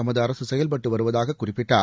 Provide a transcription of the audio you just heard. தமது அரசு செயல்பட்டு வருவதாக குறிப்பிட்டார்